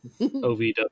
OVW